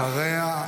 אחריו?